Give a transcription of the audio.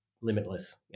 limitless